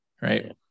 Right